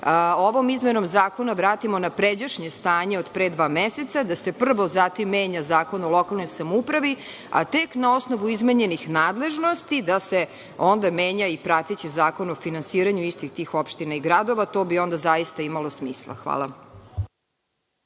ovom izmenom zakona vratimo na pređašnje stanje od pre dva meseca, da se prvo zatim menja Zakon o lokalnoj samoupravi, a tek na osnovu izmenjenih nadležnosti da se menja i prateći Zakon o finansiranju istih tih opština i gradova. To bi onda zaista imalo smisla. Hvala.